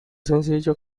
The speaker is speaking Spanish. sencillo